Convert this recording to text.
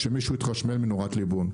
שמישהו התחשמל מנורת ליבון.